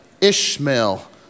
Ishmael